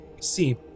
See